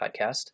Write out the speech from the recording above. podcast